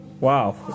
Wow